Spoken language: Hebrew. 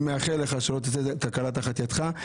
אני מאחל לך שלא תצא תקלה תחת ידך.